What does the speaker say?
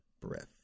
breath